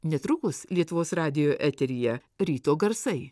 netrukus lietuvos radijo eteryje ryto garsai